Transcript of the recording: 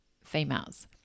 females